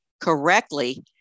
correctly